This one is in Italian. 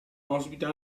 ospita